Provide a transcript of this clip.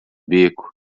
beco